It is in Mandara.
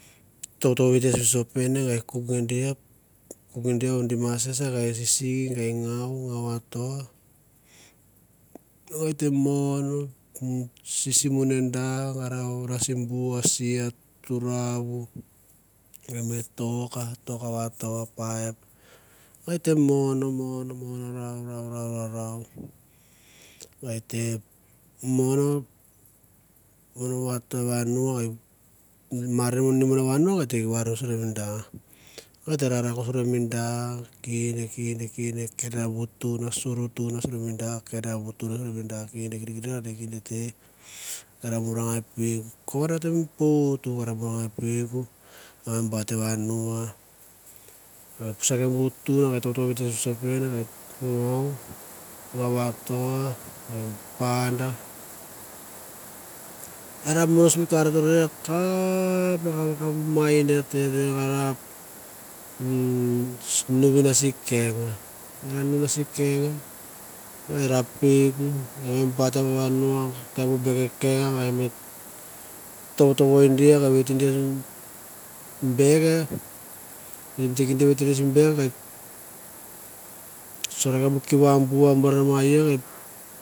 Tou ton vete sospen kuk nge dia di mases, gei ra sisi gei ngou gai ngou vato gai te mon sisi mo ne da nge ra nais beea si ma turauna me tok, tok vato paipe a et te mon mon non ra rou rau vat te mono varus suri mi da, raun vamusur mi da kinda kenda bu tur a kenda sa tur angi kende nge ra nmorang ai kindi bait e vanu kende kinde kap ka mai rorroriu tou gei nge sorokia mi kiva bu ma ia.